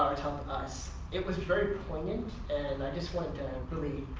um tell us. it was very poignant and i just wanted to really